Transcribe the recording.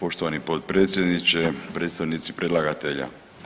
poštovani potpredsjedniče, predstavnici predlagatelja.